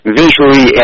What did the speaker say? visually